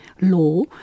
law